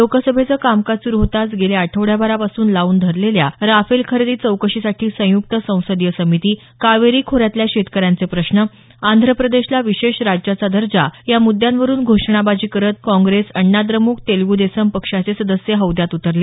लोकसभेचं कामकाज सुरू होताच गेल्या आठवडाभरापासून लावून धरलेल्या राफेल खरेदी चौकशीसाठी संयुक्त संसदीय समिती कावेरी खोऱ्यातल्या शेतकऱ्यांचे प्रश्न आंध्रप्रदेशला विशेष राज्याचा दर्जा या मुद्यांवरून घोषणाबाजी करत काँग्रेस अण्णाद्रम्क तेलग्देशम पक्षाचे सदस्य हौद्यात उतरले